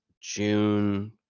June